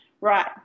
right